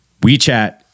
WeChat